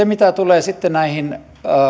mitä tulee sitten näihin